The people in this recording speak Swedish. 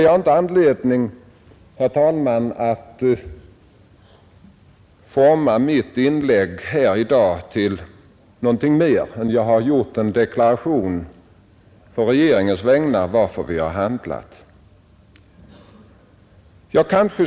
Jag har ingen anledning att forma detta mitt anförande till något mer än ett klarläggande av situationen. Jag har bara på regeringens vägnar velat deklarera varför vi har handlat i detta fall.